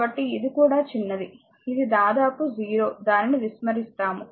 కాబట్టి ఇది కూడా చిన్నది ఇది దాదాపు 0 దానిని విస్మరిస్తాము